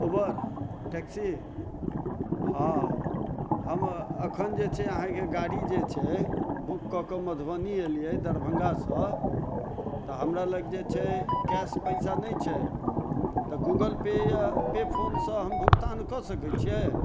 उबर taxi हँ हम अखन जे छै अहाँकेँ गाड़ी जे छै बुक कऽ कऽ मधुबनी एलियै दरभङ्गासँ तऽ हमरा लग जे छै कैस पैसा नहि छै तऽ गुगल पे या पे फोन सँ भुगतान कऽ सकै छियै